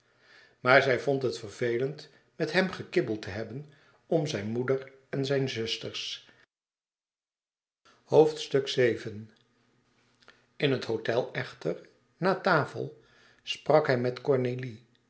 maar zij vond het vervelend met hem gekibbeld te hebben om zijn moeder en zijne zusters in het hôtel echter na tafel sprak hij met cornélie